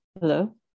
Hello